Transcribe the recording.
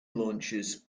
launches